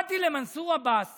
באתי למנסור עבאס